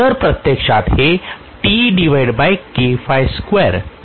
तर प्रत्यक्षात हे पुढे आहे